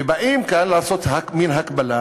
ובאים כאן לעשות מין הקבלה,